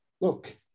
look